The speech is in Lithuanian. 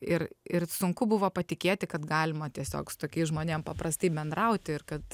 ir ir sunku buvo patikėti kad galima tiesiog su tokiais žmonėm paprastai bendrauti ir kad